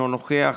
אינו נוכח,